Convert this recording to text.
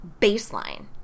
baseline